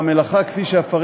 המלאכה בעניין זה, כפי שאפרט,